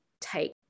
take